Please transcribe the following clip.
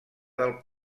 del